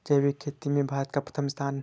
जैविक खेती में भारत का प्रथम स्थान